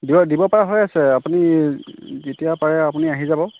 দিব দিব পৰা হৈ আছে আপুনি কেতিয়া পাৰে আপুনি আহি যাব